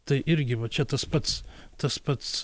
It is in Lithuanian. tai irgi va čia tas pats tas pats